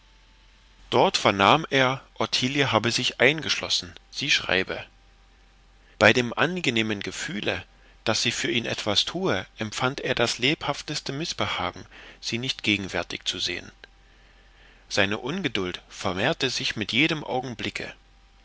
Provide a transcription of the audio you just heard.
dort vernahm er ottilie habe sich eingeschlossen sie schreibe bei dem angenehmen gefühle daß sie für ihn etwas tue empfand er das lebhafteste mißbehagen sie nicht gegenwärtig zu sehen seine ungeduld vermehrte sich mit jedem augenblicke